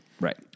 Right